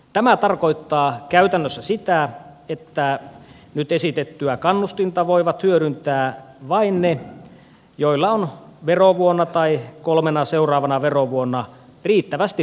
tämä tarkoittaa käytännössä sitä että nyt esitettyä kannustinta voivat hyödyntää vain ne joilla on verovuonna tai kolmena seuraavana verovuonna riittävästi pääomatuloja